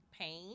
pain